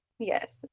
Yes